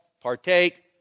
partake